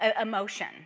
emotion